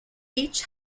each